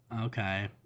okay